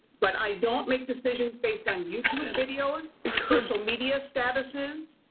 but i don't make decisions based on youtube videos, social media statuses,